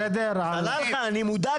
סלאלחה אני מודאג ממך.